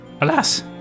alas